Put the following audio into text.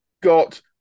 got